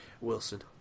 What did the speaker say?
Wilson